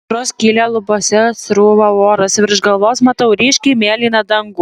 pro skylę lubose srūva oras virš galvos matau ryškiai mėlyną dangų